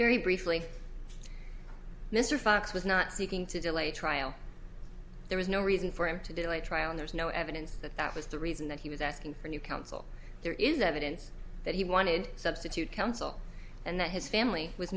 very briefly mr fox was not seeking to delay trial there was no reason for him to delay trial and there's no evidence that that was the reason that he was asking for new counsel there is evidence that he wanted substitute counsel and that his family was